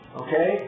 okay